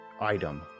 item